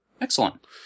Excellent